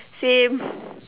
same